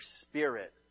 spirit